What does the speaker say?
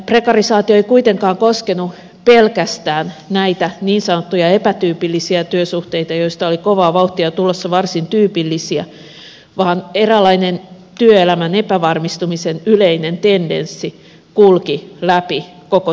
prekarisaatio ei kuitenkaan koskenut pelkästään näitä niin sanottuja epätyypillisiä työsuhteita joista oli kovaa vauhtia tulossa varsin tyypillisiä vaan eräänlainen työelämän epävarmistumisen yleinen tendenssi kulki läpi koko työmarkkinoiden